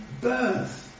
birth